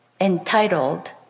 entitled